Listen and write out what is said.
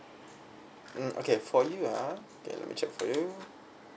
mm okay for you ah okay let me check for you